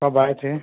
कब आए थे